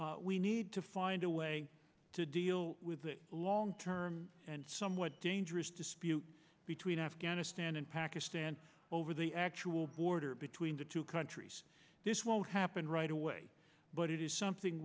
we need to find a way to deal with the long term and somewhat dangerous dispute between afghanistan and pakistan over the actual border between the two countries this won't happen right away but it is something